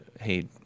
hey